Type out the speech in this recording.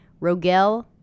Rogel